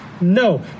No